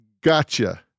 gotcha